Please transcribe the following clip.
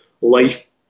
life